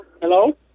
Hello